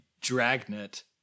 Dragnet